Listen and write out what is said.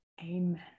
amen